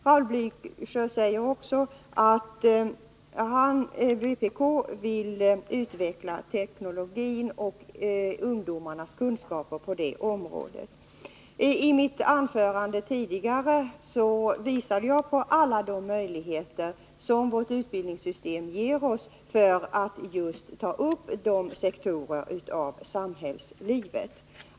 Raul Blächer säger också att vpk vill utveckla ungdomarnas kunskaper på det teknologiska området. I mitt tidigare anförande visade jag på alla de möjligheter som vårt utbildningssystem ger oss att ta upp de sektorerna av samhällslivet.